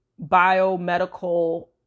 biomedical